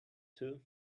too